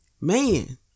Man